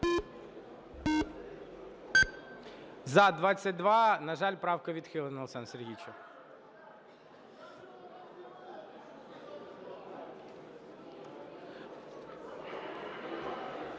За-22 На жаль, правка відхилена,